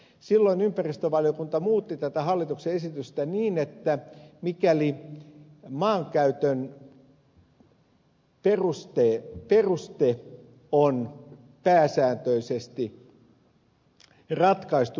silloin ympäristövaliokunta muutti hallituksen esitystä niin että mikäli maankäytön tarkoitus on pääsääntöisesti ratkaistu